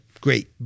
Great